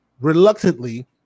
reluctantly